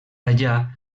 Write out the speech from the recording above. allà